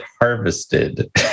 harvested